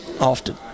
Often